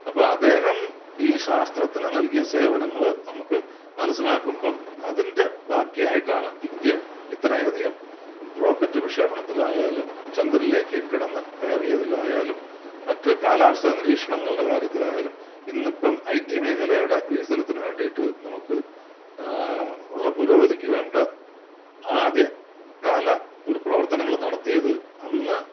അപ്പോൾ അദ്ദേഹം ഈ ശാസ്ത്രത്തിന് നൽകിയ സേവനങ്ങൾ നമുക്ക് മനസ്സിലാക്കുമ്പം അതിൻ്റെ ബാക്കി ആയിട്ടാണ് ഇന്ത്യ ഇത്ര അധികം റോക്കറ്റ് വിക്ഷേപണത്തിൽ ആയാലും ചന്ദ്രനിലേക്ക് കടന്നു കയറിയതിൽ ആയാലും മറ്റ് കാലാവസ്ഥ നിരീക്ഷണങ്ങളുടെ കാര്യത്തിൽ ആയാലും ഇന്ന് ഇപ്പം ഐ ടി മേഖലയുടെ വികസനത്തിനു വേണ്ടിയിട്ട് നമുക്ക് ഉള്ള പുരോഗതിക്കു വേണ്ട ആദ്യ കാല ഒരു പ്രവർത്തനങ്ങൾ നടത്തിയത് അന്ന്